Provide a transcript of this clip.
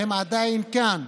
עדיין כאן.